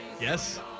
Yes